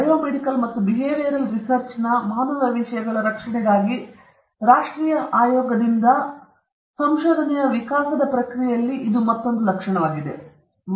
biomedical ಮತ್ತು behavioural ರಿಸರ್ಚ್ನ ಮಾನವ ವಿಷಯಗಳ ರಕ್ಷಣೆಗಾಗಿ ರಾಷ್ಟ್ರೀಯ ಆಯೋಗದಿಂದ ಸಂಶೋಧನೆಯ ವಿಕಾಸದ ಈ ಪ್ರಕ್ರಿಯೆಯಲ್ಲಿ ಮತ್ತೊಂದು ಲಕ್ಷಣವಾಗಿದೆ